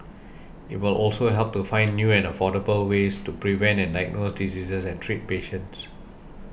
it will also help to find new and affordable ways to prevent and diagnose diseases and treat patients